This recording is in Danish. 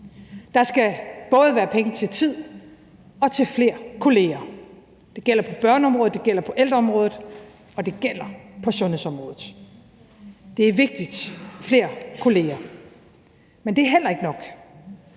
Der skal både være penge til tid og til flere kollegaer. Det gælder på børneområdet, det gælder på ældreområdet, og det gælder på sundhedsområdet. Det er vigtigt med flere kollegaer, men det er heller ikke nok,